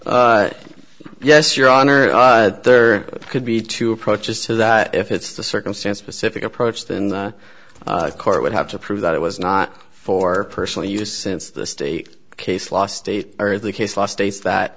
yes your honor there could be two approaches to that if it's the circumstance pacific approach than the court would have to prove that it was not for personal use since the state case law state of the case law states